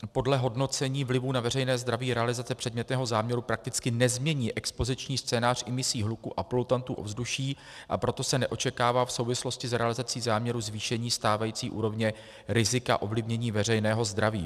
Podle hodnocení vlivu na veřejné zdraví realizace předmětného záměru prakticky nezmění expoziční scénář imisí hluku a polutantu ovzduší, a proto se neočekává v souvislosti s realizací záměru zvýšení stávající úrovně rizika ovlivnění veřejného zdraví.